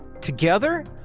Together